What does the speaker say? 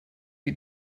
you